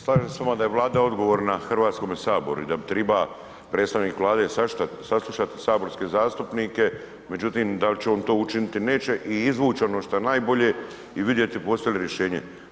Slažem se s vama da je Vlada odgovorna Hrvatskome saboru i da bi triba predstavnik Vlade saslušati saborske zastupnike, međutim da li će on to učiniti neće i izvući ono što je najbolje i vidjeti postoji li rješenje.